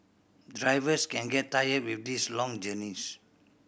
drivers can get tired with these long journeys